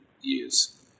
years